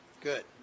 Good